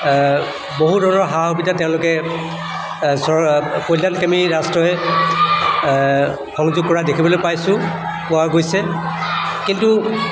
বহু ধৰণৰ সা সুবিধা তেওঁলোকে চ কল্যাণকামী ৰাষ্ট্ৰই সংযোগ কৰা দেখিবলৈ পাইছোঁ পোৱা গৈছে কিন্তু